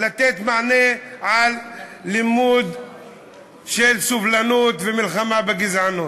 לתת מענה ללימוד של סובלנות ומלחמה בגזענות.